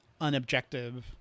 unobjective